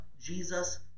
Jesus